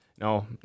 No